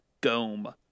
Gome